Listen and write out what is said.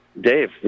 Dave